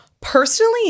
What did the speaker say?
Personally